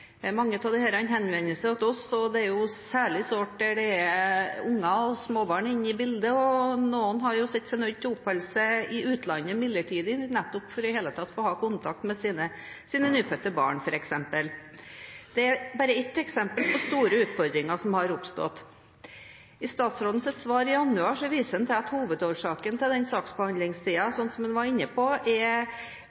Mange av disse henvender seg til oss. Det er særlig sårt der det er unger – småbarn – inne i bildet. Noen har sett seg nødt til å oppholde seg i utlandet midlertidig for i det hele tatt å ha kontakt med sine nyfødte barn, f.eks. Dette er bare ett eksempel på store utfordringer som har oppstått. I statsrådens svar i januar viser han til at hovedårsaken til denne saksbehandlingstiden – som han var inne på – er